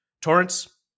Torrance